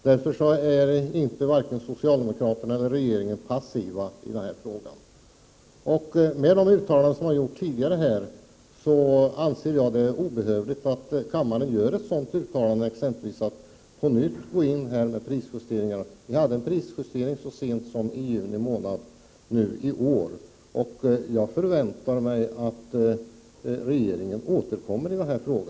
Därför är varken socialdemokraterna eller regeringen passiv i denna fråga. Med de uttalanden som har gjorts tidigare i detta avseende anser jag det inte nödvändigt att kammaren gör ett uttalande om att prisjustering på nytt skall ske. Det skedde en prisjustering så sent som i juni månad i år. Jag förväntar mig att regeringen återkommer i denna fråga.